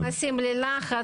הם מתרגשים ונכנסים ללחץ,